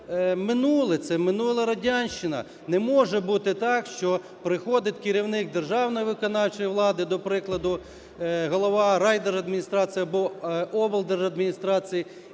минуле, це минула радянщина. Не може бути так, що приходить керівник державної виконавчої влади, до прикладу, голова райдержадміністрації або облдержадміністрації,